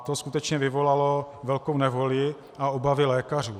To skutečně vyvolalo velkou nevoli a obavy lékařů.